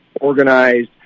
organized